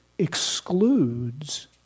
excludes